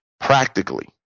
Practically